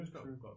True